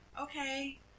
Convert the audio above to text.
okay